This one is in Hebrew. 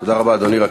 תודה רבה, אדוני.